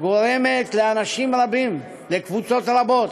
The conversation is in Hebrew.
גורמת לאנשים רבים, לקבוצות רבות,